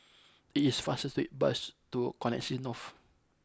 it is faster to take the bus to Connexis North